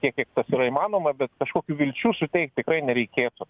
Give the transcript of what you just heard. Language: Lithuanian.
tiek kiek tas yra įmanoma bet kažkokių vilčių suteikt tikrai nereikėtų